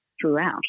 throughout